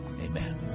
Amen